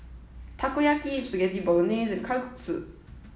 Takoyaki Spaghetti Bolognese and Kalguksu